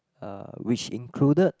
uh which included